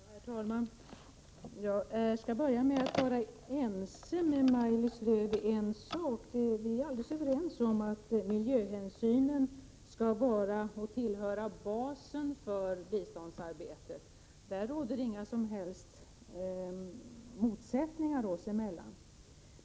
Herr talman! Jag skall börja med att tala om att vi är ense, Maj-Lis Lööw. Vi är nämligen helt överens om att miljöhänsynen skall utgöra en bas för biståndsarbetet. På den punkten råder det inga som helst motsättningar oss emellan.